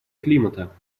климата